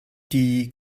die